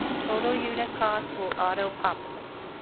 total unit cost will autopopulate.